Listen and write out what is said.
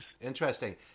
Interesting